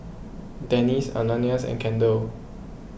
Dennis Ananias and Kendall